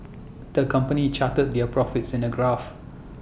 the company charted their profits in A graph